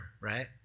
right